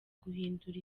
guhindura